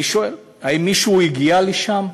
אני שואל, האם מישהו הגיע לשם?